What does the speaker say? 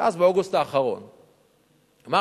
ואז באוגוסט האחרון אמרנו: